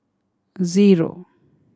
zero